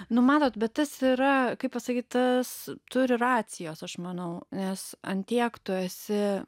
nu matot bet tas yra kaip pasakyt tas turi racijos aš manau nes an tiek tu esi